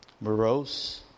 morose